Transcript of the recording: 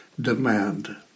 demand